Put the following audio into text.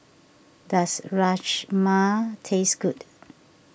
does Rajma taste good